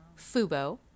Fubo